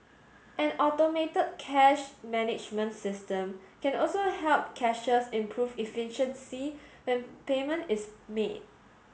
an automated cash management system can also help cashiers improve efficiency when payment is made